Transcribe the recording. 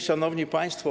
Szanowni Państwo!